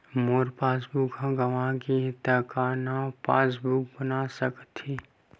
मोर passbook ह गंवा गे हे त का नवा पास बुक बन सकथे?